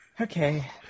okay